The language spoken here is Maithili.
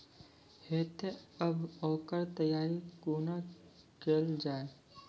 हेतै तअ ओकर तैयारी कुना केल जाय?